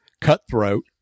cutthroat